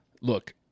Look